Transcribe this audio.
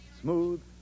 smooth